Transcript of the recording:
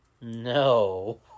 No